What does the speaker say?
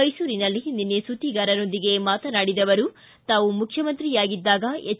ಮೈಸೂರಿನಲ್ಲಿ ನಿನ್ನೆ ಸುದ್ದಿಗಾರರೊಂದಿಗೆ ಮಾತನಾಡಿದ ಅವರು ತಾವು ಮುಖ್ಯಮಂತ್ರಿಯಾಗಿದ್ದಾಗ ಎಚ್